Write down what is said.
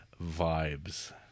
vibes